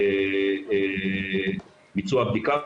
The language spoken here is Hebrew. ביצוע הבדיקה.